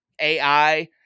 AI